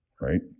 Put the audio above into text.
right